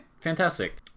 Fantastic